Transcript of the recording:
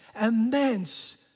immense